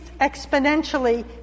exponentially